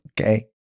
Okay